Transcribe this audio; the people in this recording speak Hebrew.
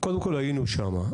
קודם כול היינו שמה.